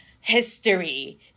history